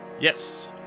Yes